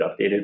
updated